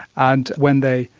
and when they,